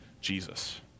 Jesus